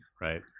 Right